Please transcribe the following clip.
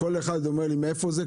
כל אחד אומר לי מאיפה זה,